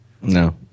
No